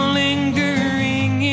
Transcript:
lingering